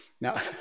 Now